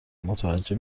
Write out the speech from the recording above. متوجه